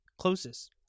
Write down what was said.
closest